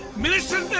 minister